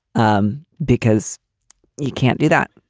um because you can't do that.